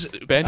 Ben